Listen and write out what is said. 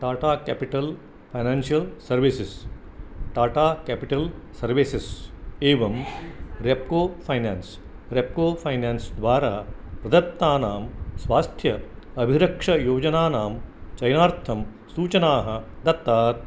Tata capital financial services Tata capital services एवं Repco finance Repco finance द्वारा प्रदत्तानां स्वास्थ्य अभिरक्षा योजनानां चयनार्थं सूचनाः दत्तात्